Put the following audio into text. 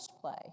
play